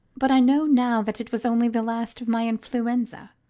but i know now that it was only the last of my influenza.